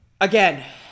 Again